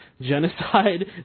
genocide